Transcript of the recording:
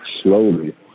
slowly